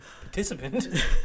participant